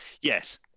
yes